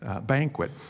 banquet